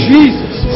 Jesus